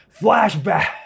flashback